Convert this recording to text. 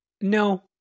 No